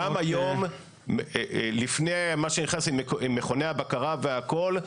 גם היום לפני מה שנכנס למכוני הבקרה והכל,